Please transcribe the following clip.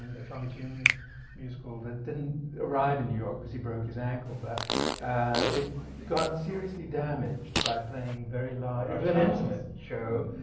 a tommy tune musical, that didn't arrive in new york, cuz he broke his ankle. but it got seriously damaged by playing very large. it was an intimate show,